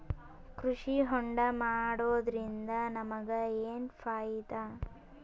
ಕೃಷಿ ಹೋಂಡಾ ಮಾಡೋದ್ರಿಂದ ನಮಗ ಏನ್ ಫಾಯಿದಾ?